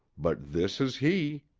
but this is he.